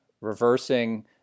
reversing